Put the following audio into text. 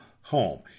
home